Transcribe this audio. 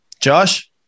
Josh